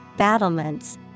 Battlements